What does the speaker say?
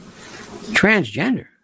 Transgender